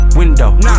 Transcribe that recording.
window